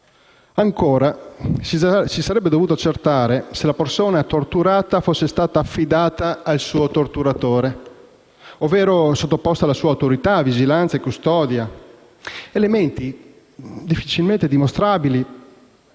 Ancora, si sarebbe dovuto accertare se la persona torturata fosse stata affidata al suo torturatore, ovvero sottoposta alla sua autorità, vigilanza e custodia: elementi difficilmente dimostrabili,